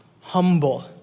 Humble